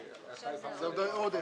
הפניות אושרו.